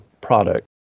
product